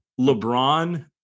LeBron